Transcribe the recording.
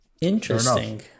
Interesting